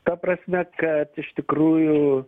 ta prasme kad iš tikrųjų